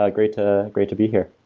ah great to great to be here.